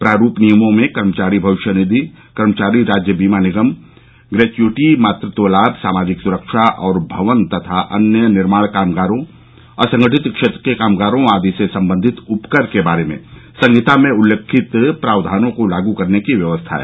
प्रारूप नियमों में कर्मचारी भविष्य निधि कर्मचारी राज्य बीमा निगम ग्रेच्युटी मातृत्व लाभ सामाजिक सुरक्षा और भवन तथा अन्य निर्माण कामगारों असंगठित क्षेत्र के कामगारों आदि से संबंधित उपकर के बारे में संहिता में उल्लिखित प्रावधानों को लागू करने की व्यवस्था है